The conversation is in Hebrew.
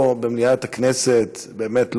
פה, במליאת הכנסת, באמת לא,